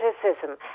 criticism